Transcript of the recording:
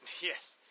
Yes